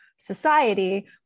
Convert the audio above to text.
society